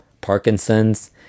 Parkinson's